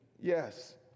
yes